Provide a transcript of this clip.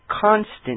constant